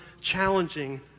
challenging